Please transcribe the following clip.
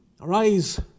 Arise